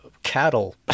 cattle